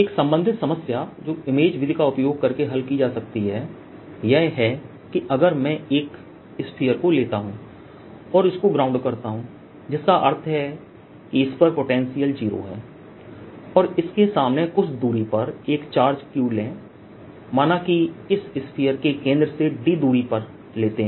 एक संबंधित समस्या जो इमेज विधि का उपयोग करके हल की जा सकती है यह है कि अगर मैं एक स्फीयर को लेता हूं और इसको ग्राउंड करता हूं जिसका अर्थ है कि इस पर पोटेंशियल जीरो है और इसके सामने कुछ दूरी पर एक चार्ज q लें माना कि इस स्फीयर के केंद्र से d दूरी पर लेते हैं